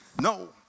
No